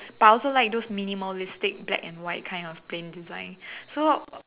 but I also like those minimalistic black and white kind of plain design so